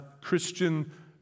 Christian